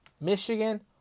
Michigan